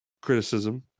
criticism